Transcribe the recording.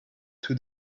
two